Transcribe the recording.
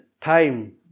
time